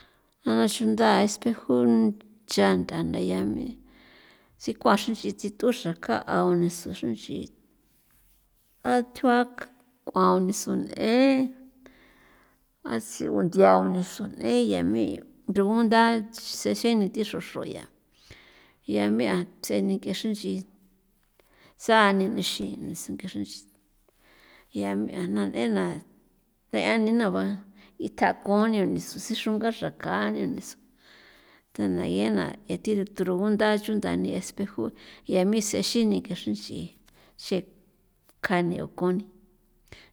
Ja na xunda espeju cha nth'a nda ya me chikua xin nch'i tsituxra kao'a nisu xi nch'i a th'ua k'uan o nisu n'en a sigun nth'ia nisu n'en ya me rugunda tsexin nithi xru xro ya me'a tsjeni ke xren nch'i sa'a nixin sink'e xren nch'i ya me na nena thea ni na ba ithakon ni xruxinga'a xraka'a te na ye na iturunga chunda ni espejo ye mixi kexren nch'i xen ka ni o kon ni.